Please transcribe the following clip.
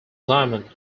diamond